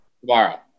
Tomorrow